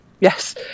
Yes